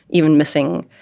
even missing,